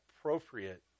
appropriate